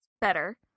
better